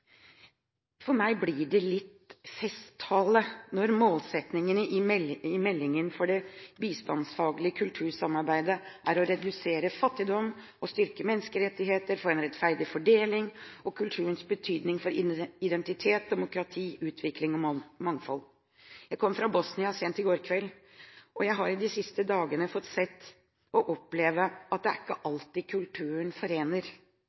For meg blir det litt festtaleaktig når meldingens målsettinger for det bistandsfaglige kultursamarbeidet er å redusere fattigdom, styrke menneskerettigheter, få en rettferdig fordeling, og kulturens betydning for identitet, demokrati, utvikling og mangfold. Jeg kom fra Bosnia sent i går kveld, og jeg har de siste dagene fått se og oppleve at kulturen ikke alltid forener